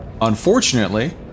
Unfortunately